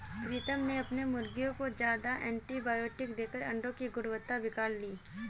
प्रीतम ने अपने मुर्गियों को ज्यादा एंटीबायोटिक देकर अंडो की गुणवत्ता बिगाड़ ली